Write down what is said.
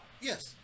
Yes